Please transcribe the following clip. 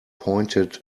pointed